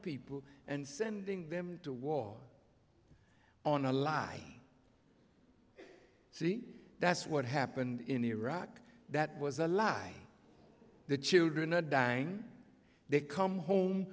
people and sending them to war on a lie see that's what happened in iraq that was a lie the children a dine they come home